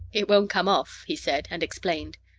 it won't come off, he said, and explained.